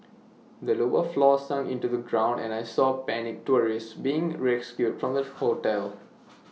the lower floors sunk into the ground and I saw panicked tourists being rescued from the hotel